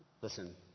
Listen